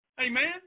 Amen